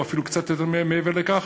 או אפילו קצת מעבר לכך,